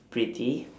pretty